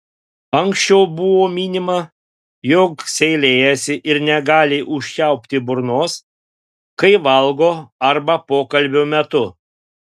anksčiau buvo minima jog seilėjasi ir negali užčiaupti burnos kai valgo arba pokalbio metu